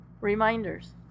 reminders